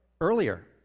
Earlier